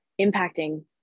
impacting